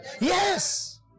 Yes